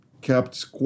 kept